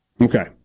Okay